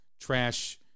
Trash